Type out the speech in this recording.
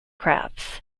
crafts